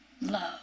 love